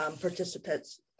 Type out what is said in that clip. participants